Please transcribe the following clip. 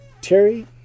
Terry